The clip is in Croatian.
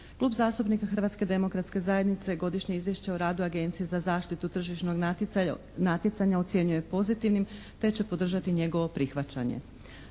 Klub zastupnika Hrvatske demokratske zajednice godišnje izvješće o radu Agencije za zaštitu tržišnog natjecanja ocjenjuje pozitivnim te će podržati njegovo prihvaćanje.